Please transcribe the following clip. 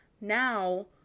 now